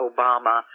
Obama